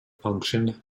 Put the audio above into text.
function